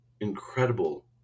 incredible